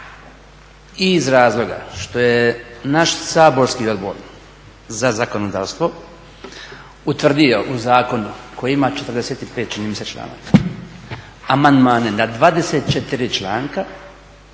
i iz razloga što je naš Saborski odbor za zakonodavstvo utvrdio u zakonu koji ima 45. članaka amandmane na 24. članka